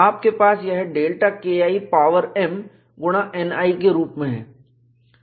आपके पास यह Δ Ki पावर m गुणा Ni के रूप में है